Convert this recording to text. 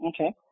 Okay